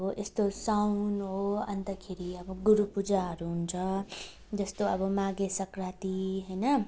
अब यस्तो साउन हो अन्तखेरि अब गुरु पूजाहरू हुन्छ जस्तो अब मागे सङ्क्रान्ति होइन